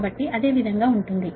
కాబట్టి అదే విధంగా ఉంటుంది